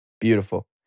Beautiful